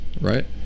right